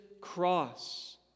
cross